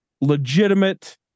legitimate